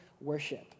worship